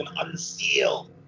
Unseal